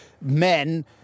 men